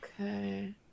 okay